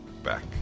back